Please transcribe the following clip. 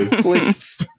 please